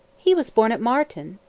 he was born at marton,